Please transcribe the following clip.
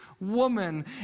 woman